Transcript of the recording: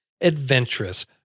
Adventurous